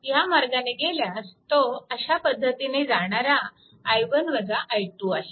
ह्या मार्गाने गेल्यास तो अशा पद्धतीने जाणारा i1 i2 आहे